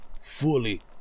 fully